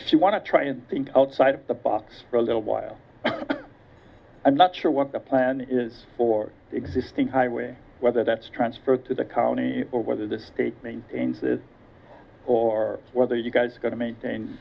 she want to try and think outside the box for a little while i'm not sure what the plan is for existing highway whether that's transferred to the county or whether the state maintains this or whether you guys are going to maintain